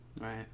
Right